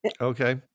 Okay